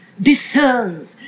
discerns